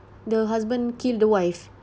the husband kill the wife